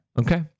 okay